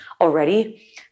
already